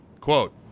quote